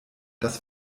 das